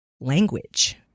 language